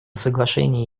соглашение